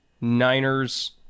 niners